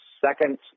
second